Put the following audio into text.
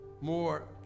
more